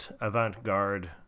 Avant-Garde